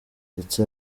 ndetse